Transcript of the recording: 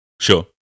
Sure